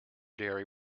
dairy